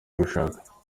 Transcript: gushaka